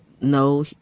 no